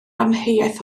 amheuaeth